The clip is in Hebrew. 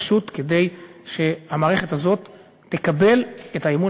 פשוט כדי שהמערכת הזאת תקבל את האמון